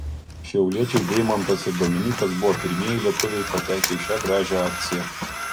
šiauliečiai deimantas ir dominykas buvo pirmieji lietuviai patekę į šią gražią akciją